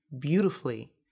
beautifully